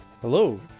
Hello